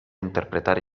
interpretare